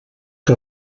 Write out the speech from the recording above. que